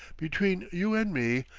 between you and me,